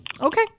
Okay